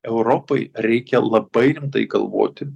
europai reikia labai rimtai galvoti